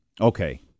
Okay